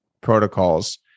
protocols